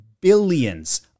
billions